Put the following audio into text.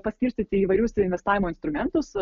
paskirstyti įvairius investavimo instrumentus